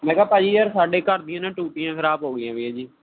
ਮੈਂ ਕਿਹਾ ਭਾਜੀ ਯਾਰ ਸਾਡੇ ਘਰ ਦੀਆਂ ਨਾ ਟੂਟੀਆਂ ਖ਼ਰਾਬ ਹੋ ਗਈਆ ਵੀਆ ਜੀ